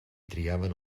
triaven